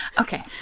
Okay